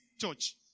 Church